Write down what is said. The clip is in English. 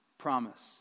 promise